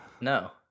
No